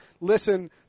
listen